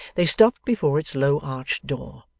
they stopped before its low arched door.